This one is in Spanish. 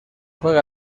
juega